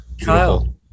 Kyle